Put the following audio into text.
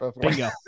Bingo